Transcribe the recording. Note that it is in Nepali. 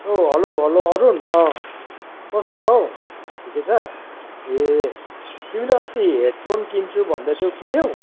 ओ हेलो हेलो हेलो अरुण अँ कस्तो छ हौ ठिकै छ ए तिमीले अस्ति हेडफोन किन्छु भन्दैथ्यौ किन्यौ